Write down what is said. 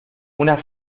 una